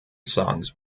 songs